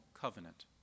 covenant